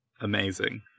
amazing